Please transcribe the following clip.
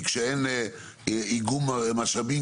כי כשאין איגום משאבים,